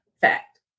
fact